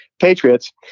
Patriots